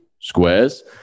squares